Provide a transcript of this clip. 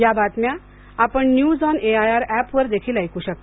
या बातम्या आपण न्यूज ऑन एआयआर ऍपवर देखील ऐकू शकता